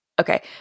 Okay